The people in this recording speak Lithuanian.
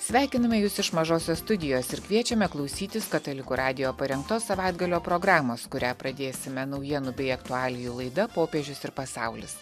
sveikiname jus iš mažosios studijos ir kviečiame klausytis katalikų radijo parengtos savaitgalio programos kurią pradėsime naujienų bei aktualijų laida popiežius ir pasaulis